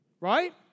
right